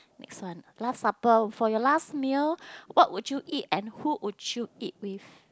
next one last supper for your last meal what would you eat and who would you eat with